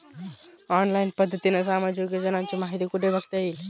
Online पद्धतीने सामाजिक योजनांची माहिती कुठे बघता येईल?